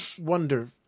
wonder